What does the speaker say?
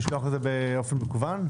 לשלוח את זה באופן מקוון?